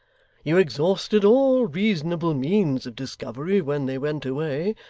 you exhausted all reasonable means of discovery when they went away.